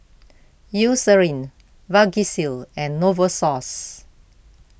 Eucerin Vagisil and Novosource